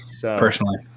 Personally